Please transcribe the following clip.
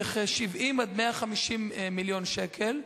ב-70 עד 150 מיליון שקל.